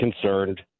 concerned